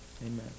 amen